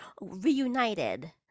Reunited